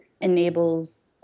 enables